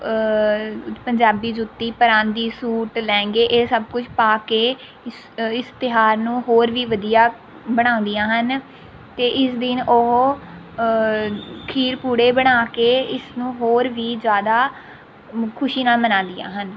ਪੰਜਾਬੀ ਜੁੱਤੀ ਪਰਾਂਦੀ ਸੂਟ ਲਹਿੰਗੇ ਇਹ ਸਭ ਕੁਝ ਪਾ ਕੇ ਇਸ ਇਸ ਤਿਉਹਾਰ ਨੂੰ ਹੋਰ ਵੀ ਵਧੀਆ ਬਣਾਉਂਦੀਆਂ ਹਨ ਅਤੇ ਇਸ ਦਿਨ ਉਹ ਖੀਰ ਪੂੜੇ ਬਣਾ ਕੇ ਇਸਨੂੰ ਹੋਰ ਵੀ ਜ਼ਿਆਦਾ ਖੁਸ਼ੀ ਨਾਲ ਮਨਾਉਂਦੀਆਂ ਹਨ